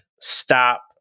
stop